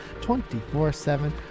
24-7